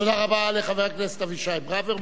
תודה רבה לחבר הכנסת אבישי ברוורמן.